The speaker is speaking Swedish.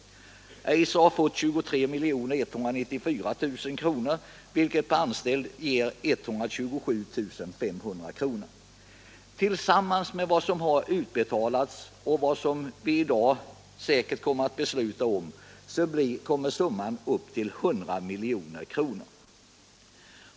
Eiser har fått 23 194 000 kr., vilket per anställd gör 127 500 kr. Tillsammans med vad som har utbetalats och det som vi i dag säkerligen kommer att besluta går summan upp till 100 milj.kr.